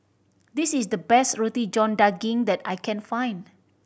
this is the best Roti John Daging that I can find